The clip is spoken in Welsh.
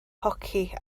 hoci